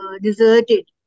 deserted